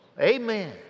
Amen